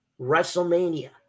WrestleMania